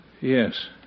Yes